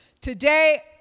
Today